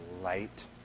Light